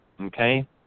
okay